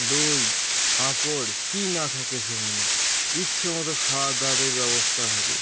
দই পাঁপড় কি না থাকে সেখানে ইচ্ছে মত খাওয়ার দাওয়ারের ব্যবস্থা থাকে